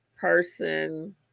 person